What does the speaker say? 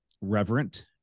reverent